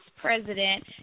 President